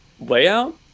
layout